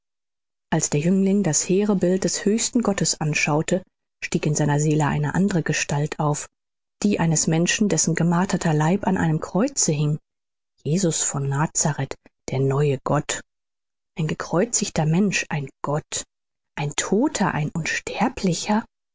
als der jüngling das hehre bild des höchsten gottes anschaute stieg in seiner seele eine andere gestalt auf die eines menschen dessen gemarterter leib an einem kreuze hing jesus von nazareth der neue gott ein gekreuzigter mensch ein gott ein todter ein unsterblicher